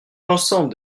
l’ensemble